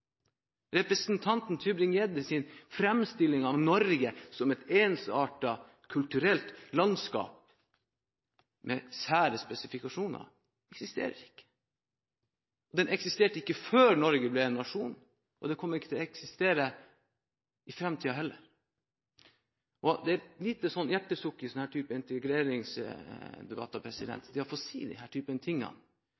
Representanten Tybring-Gjeddes framstilling av Norge som et ensartet kulturelt landskap med sære spesifikasjoner, eksisterer ikke. Det eksisterte ikke før Norge ble en nasjon og kommer ikke til å eksistere i framtiden heller. Det er et lite hjertesukk å få si denne typen ting i slike integreringsdebatter